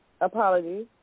apologies